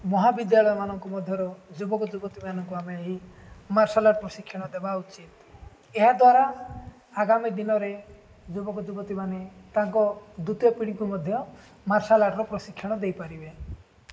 ମହାବିଦ୍ୟାଳୟ ମାନଙ୍କୁ ମଧ୍ୟରୁ ଯୁବକ ଯୁବତୀମାନଙ୍କୁ ଆମେ ଏହି ମାର୍ଶାଲ୍ ଆର୍ଟ ପ୍ରଶିକ୍ଷଣ ଦେବା ଉଚିତ ଏହାଦ୍ୱାରା ଆଗାମୀ ଦିନରେ ଯୁବକ ଯୁବତୀମାନେ ତାଙ୍କ ଦ୍ୱିତୀୟ ପିଢ଼ିକୁ ମଧ୍ୟ ମାର୍ଶାଲ୍ ଆର୍ଟର ପ୍ରଶିକ୍ଷଣ ଦେଇପାରିବେ